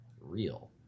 real